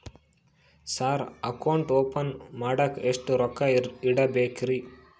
Sir account open ಮಾಡಾಕ ಎಷ್ಟು ರೊಕ್ಕ ಇಡಬೇಕ್ರಿ?